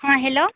हँ हेलो